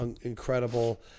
incredible